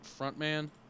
frontman